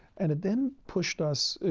and it then pushed us